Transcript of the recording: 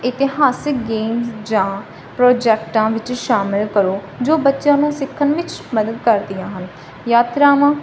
ਇਤਿਹਾਸਿਕ ਗੇਮ ਜਾਂ ਪ੍ਰੋਜੈਕਟਾਂ ਵਿੱਚ ਸ਼ਾਮਿਲ ਕਰੋ ਜੋ ਬੱਚਿਆਂ ਨੂੰ ਸਿੱਖਣ ਵਿੱਚ ਮਦਦ ਕਰਦੀਆਂ ਹਨ ਯਾਤਰਾਵਾਂ